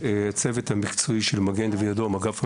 הצוות המקצועי של מגן דוד אדום, אגף המבצעים,